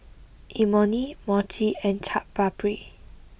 Imoni Mochi and Chaat Papri